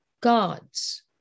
God's